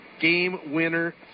game-winner